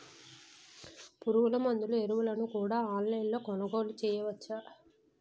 పురుగుమందులు ఎరువులను కూడా ఆన్లైన్ లొ కొనుగోలు చేయవచ్చా?